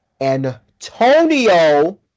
Antonio